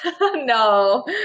no